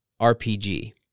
RPG